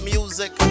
Music